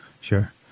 sure